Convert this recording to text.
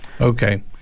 Okay